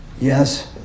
yes